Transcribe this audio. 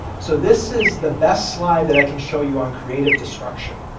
so, this is the best slide that i can show you on creative destruction.